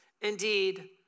Indeed